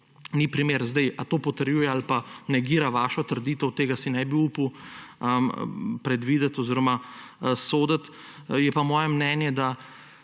ni primer. Ali to potrjuje ali pa negira vašo trditev, tega si ne bi upal predvideti oziroma soditi, je pa moje mnenje, da